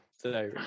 today